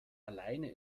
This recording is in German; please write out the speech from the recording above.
alleine